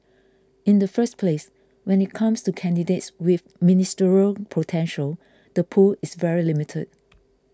in the first place when it comes to candidates with Ministerial potential the pool is very limited